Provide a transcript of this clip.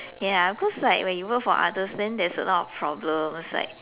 ya because like when you work for others then there's a lot of problems like